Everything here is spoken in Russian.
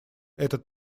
этот